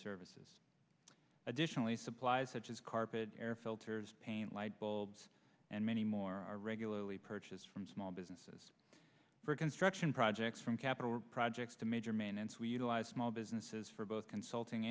services additionally supplies such as carpet air filters paint light bulbs and many more are regularly purchase from small businesses for construction projects from capital projects to major maintenance we utilized small businesses for both consulting